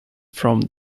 from